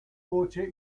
voce